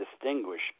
distinguish